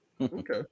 Okay